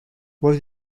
was